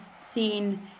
seen